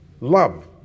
love